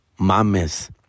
mames